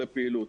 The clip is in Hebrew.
לפעילות.